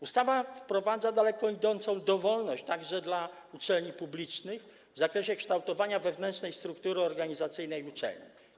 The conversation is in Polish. Ustawa wprowadza daleko idącą dowolność, także dla uczelni publicznych, w zakresie kształtowania wewnętrznej struktury organizacyjnej uczelni.